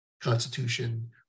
constitution